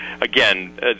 Again